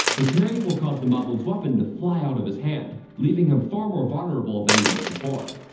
the parry will cause the moblins weapon to fly out of his hand, leaving him far more vulnerable then he was before.